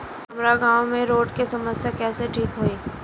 हमारा गाँव मे रोड के समस्या कइसे ठीक होई?